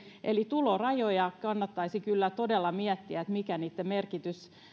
eli tulorajoja kannattaisi kyllä todella miettiä että mikä niiden merkitys